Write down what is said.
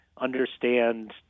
understand